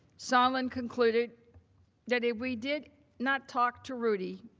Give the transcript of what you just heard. sondland concluded that if we did not talk to rudy,